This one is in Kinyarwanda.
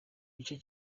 gice